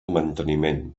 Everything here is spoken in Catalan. manteniment